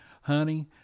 honey